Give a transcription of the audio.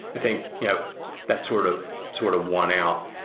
i think yeah that sort ah sort of won out.